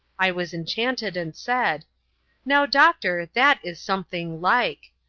i was enchanted, and said now, doctor, that is something like!